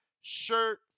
shirt